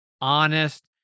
honest